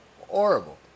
horrible